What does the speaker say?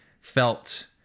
felt